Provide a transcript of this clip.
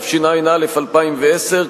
התשע"א 2010,